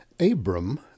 Abram